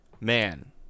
man